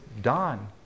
done